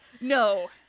No